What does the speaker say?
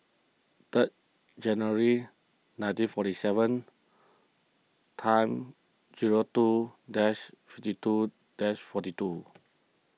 third January nineteen forty seven time two dash fifty two dash forty two